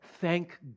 thank